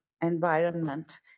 environment